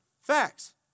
Facts